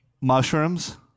Mushrooms